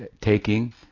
taking